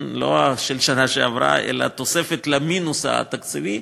לא של השנה שעברה אלא תוספת למינוס התקציבי,